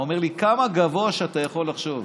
אומר לי: כמה גבוה שאתה יכול לחשוב.